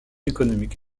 économiques